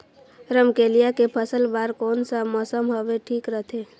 रमकेलिया के फसल बार कोन सा मौसम हवे ठीक रथे?